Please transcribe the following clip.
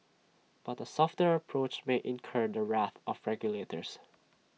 but A softer approach may incur the wrath of regulators